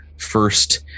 first